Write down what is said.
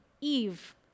Eve